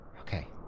Okay